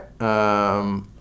right